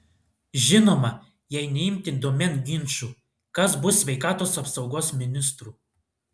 žinoma jei neimti domėn ginčų kas bus sveikatos apsaugos ministru